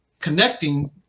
connecting